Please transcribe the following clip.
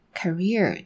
career